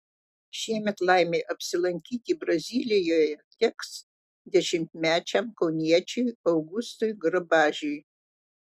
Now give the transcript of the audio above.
šiemet laimė apsilankyti brazilijoje teks dešimtmečiam kauniečiui augustui grabažiui